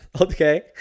Okay